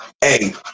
Hey